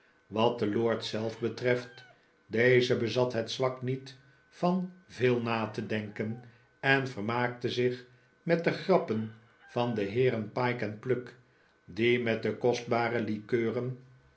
wat den lord zelf betreft deze bezat het zwak niet van veel na te denken en vermaakte zich met de grappen van de heeren pyke en pluck die met de kostbare likeuren